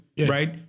Right